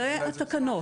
אלה התקנות.